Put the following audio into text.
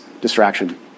distraction